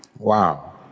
Wow